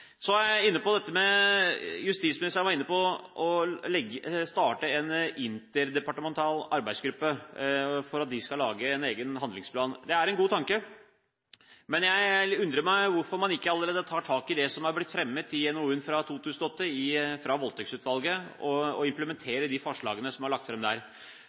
så mange som er overrepresentert på overfallsvoldteksstatistikken. Dette må vi gjøre noe med. Justisministeren var inne på å starte en interdepartemental arbeidsgruppe for at de skal lage en egen handlingsplan. Det er en god tanke. Men jeg undrer meg på hvorfor man ikke allerede tar tak i det som har blitt fremmet i NOU-en fra 2008, fra Voldtektsutvalget, og implementerer de forslagene som er lagt fram der.